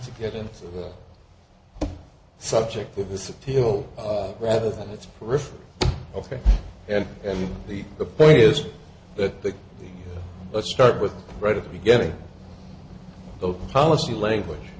to get into the subject of this appeal rather than its periphery ok and and the the point is that the let's start with right at the beginning the policy language